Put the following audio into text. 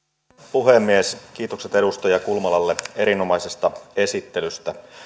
puhemies kiitokset edustaja kulmalalle erinomaisesta esittelystä